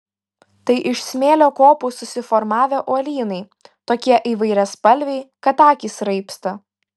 tai iš smėlio kopų susiformavę uolynai tokie įvairiaspalviai kad akys raibsta